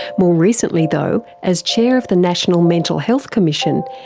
more recently though, as chair of the national mental health commission,